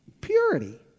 Purity